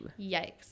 Yikes